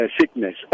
sickness